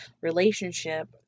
relationship